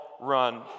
run